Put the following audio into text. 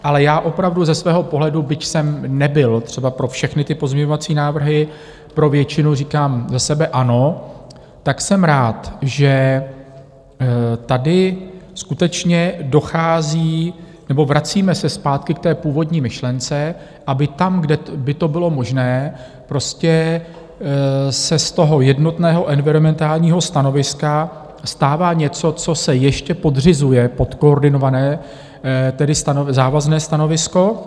Ale já opravdu ze svého pohledu, byť jsem nebyl třeba pro všechny ty pozměňovací návrhy, pro většinu, říkám za sebe: ano, jsem rád, že tady skutečně dochází nebo vracíme se zpátky k té původní myšlence, aby tam, kde by to bylo možné, prostě se z jednotného environmentálního stanoviska stává něco, co se ještě podřizuje pod koordinované, tedy závazné stanovisko.